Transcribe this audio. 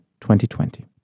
2020